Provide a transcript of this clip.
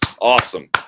Awesome